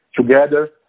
together